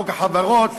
חוק החברות,